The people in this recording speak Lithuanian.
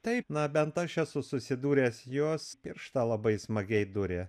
taip na bent aš esu susidūręs jos pirštą labai smagiai duria